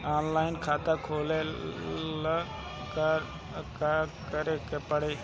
Online खाता खोले ला का का करे के पड़े ला?